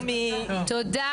תודה רבה.